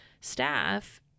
staff